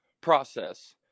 process